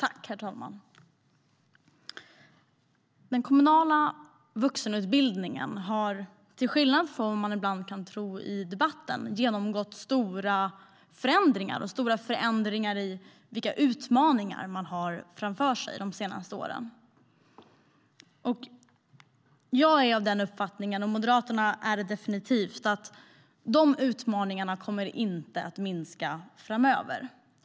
Herr talman! Den kommunala vuxenutbildningen har, till skillnad från vad man ibland kan tro i debatten, under de senaste åren genomgått stora förändringar när det gäller vilka utmaningar som den har framför sig. Jag och Moderaterna är av den uppfattningen att dessa utmaningar inte kommer att minska framöver.